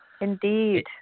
indeed